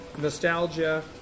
nostalgia